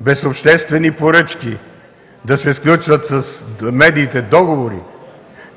без обществени поръчки да се сключват договори с медиите,